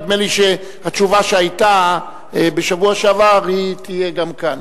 נדמה לי שהתשובה שהיתה בשבוע שעבר תהיה גם כאן.